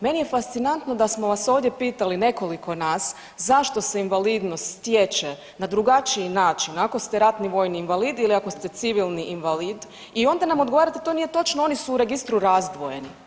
Meni je fascinantno da smo vas ovdje pitali nekoliko nas, zašto se invalidnost stječe na drugačiji način ako ste ratni vojni invalid ili ako ste civilni invalid i onda nam odgovarate to nije točno oni su u registru razdvojeni.